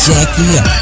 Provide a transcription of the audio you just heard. Jackie